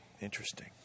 Interesting